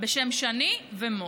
בשם שני ומור.